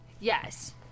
Yes